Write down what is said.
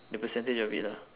the percentage of it lah